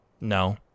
No